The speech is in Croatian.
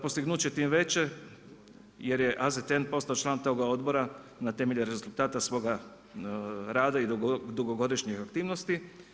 Postignuće je tim veće jer je AZTN postao član toga odbora na temelju rezultata svoga rada i dugogodišnjih aktivnosti.